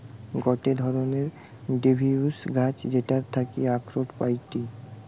গটে ধরণের ডিসিডিউস গাছ যেটার থাকি আখরোট পাইটি